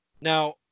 now